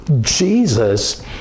Jesus